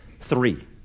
Three